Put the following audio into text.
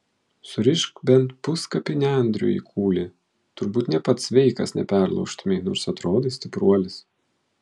surišk bent puskapį nendrių į kūlį turbūt nė pats sveikas neperlaužtumei nors atrodai stipruolis